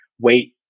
wait